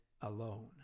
alone